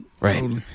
Right